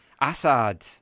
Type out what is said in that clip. Assad